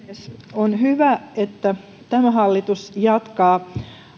on hyvä että tämä hallitus jatkaa